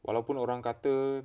walaupun orang kata